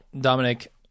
Dominic